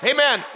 Amen